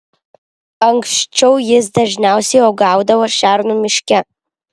anksčiau jis dažniausiai uogaudavo šernų miške